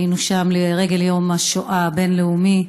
היינו שם לרגל יום השואה הבין-לאומי,